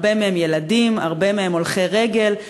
הרבה מהם ילדים והרבה מהם הולכי רגל.